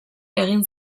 egin